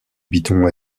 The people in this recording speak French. bidon